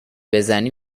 بزنی